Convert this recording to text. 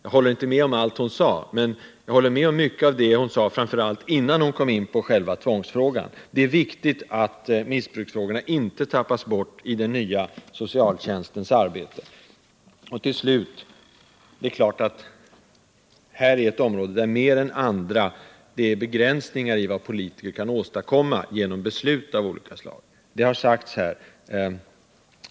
Jag håller inte med om allt hon sade men mycket av det, framför allt innan hon kom in på tvångslagstiftningen. Det är viktigt att missbruksfrågan inte tappas bort i den nya socialtjänstens arbete. Till slut: det här är ett område där det mer än på andra finns begränsningar i vad politiker kan åstadkomma genom beslut av olika slag.